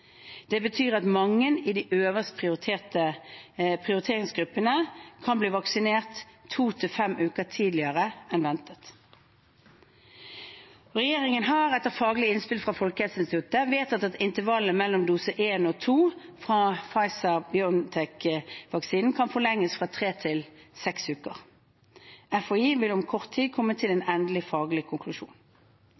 Det betyr at mange i de øverste prioriteringsgruppene kan bli vaksinert to til fem uker tidligere enn ventet. Regjeringen har etter faglig innspill fra Folkehelseinstituttet vedtatt at intervallet mellom dose én og to fra Pfizer-BioNTech-vaksinen kan forlenges fra tre til seks uker. Folkehelseinstituttet vil om kort tid komme til en